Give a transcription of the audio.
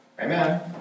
Amen